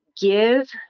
give